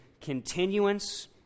continuance